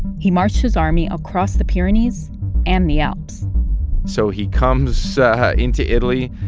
he marched his army across the pyrenees and the alps so he comes into italy,